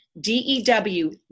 D-E-W